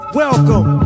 welcome